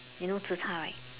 you know zi char right